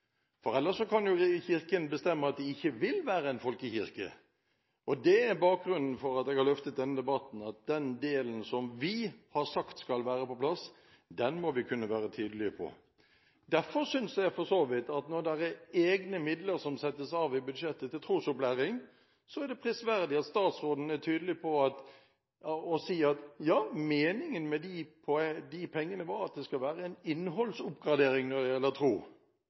om, ellers skulle begrepet ikke vært i Grunnloven – for ellers kan Kirken bestemme at de ikke vil være en folkekirke. Det er bakgrunnen for at jeg har løftet denne debatten, at den delen som vi har sagt skal være på plass, den må vi kunne være tydelige på. Derfor synes jeg for så vidt at når det er egne midler som settes av i budsjettet til trosopplæring, er det prisverdig at statsråden er tydelig på å si at ja, meningen med de pengene var at det skulle være en innholdsoppgradering når det gjelder tro.